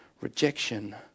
rejection